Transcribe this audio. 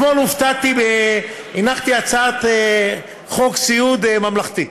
אתמול הופתעתי, הנחתי הצעת חוק סיעוד ממלכתי.